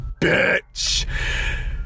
bitch